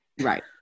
Right